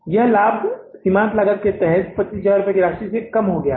यह लाभ सीमांत लागत के तहत 25000 रुपये की राशि से कम हो गया है